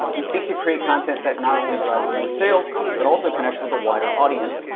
we seek to create content that not only drives more sales but also connects with a wider audience.